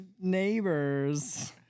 neighbors